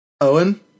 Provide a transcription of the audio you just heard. Owen